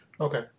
Okay